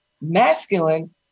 masculine